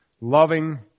loving